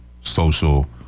social